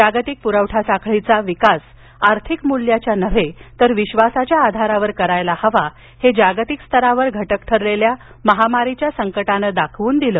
जागतिक प्रवठा साखळीचा विकास आर्थिक मूल्याच्या नव्हे तर विश्वासाच्या आधारावर करायला हवा हे जागतिक स्तरावर घटक ठरलेल्या महामारीच्या संकटानं दाखवून दिलं असही मोदी म्हणाले